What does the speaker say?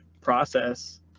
process